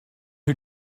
who